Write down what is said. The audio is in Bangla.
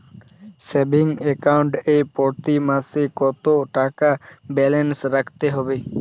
সেভিংস অ্যাকাউন্ট এ প্রতি মাসে কতো টাকা ব্যালান্স রাখতে হবে?